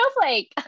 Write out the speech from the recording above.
snowflake